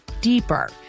deeper